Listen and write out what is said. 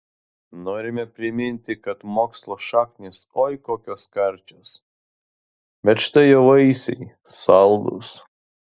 norime priminti kad mokslo šaknys oi kokios karčios bet štai jo vaisiai saldūs